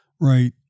Right